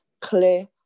clear